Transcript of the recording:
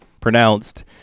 pronounced